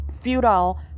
feudal